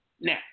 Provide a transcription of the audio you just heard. Now